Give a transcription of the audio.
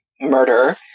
murder